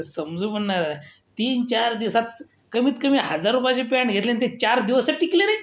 तर समजू पण नाय राय तीन चार दिवसात कमीतकमी हजार रुपयाची पॅन्ट घेतली आणि ती चार दिवसही टिकली नाही